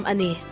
Ani